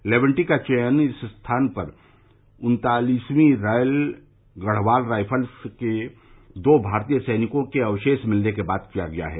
लेवेन्टी का चयन इस स्थान पर उन्तालिसवर्वी रॉयल गढ़वाल राईफल्स के दो भारतीय सैनिकों के अवशेष मिलने के बाद किया गया है